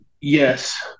yes